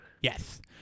Yes